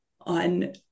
on